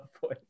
voice